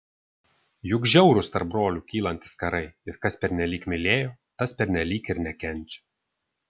juk žiaurūs tarp brolių kylantys karai ir kas pernelyg mylėjo tas pernelyg ir nekenčia